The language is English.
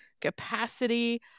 capacity